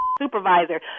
supervisor